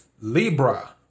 Libra